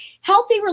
healthy